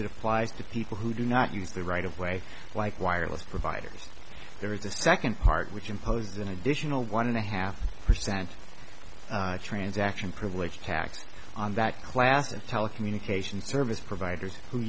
it applies to people who do not use the right of way like wireless providers there is a second part which imposes an additional one and a half percent transaction privilege tax on that class of telecommunications service providers who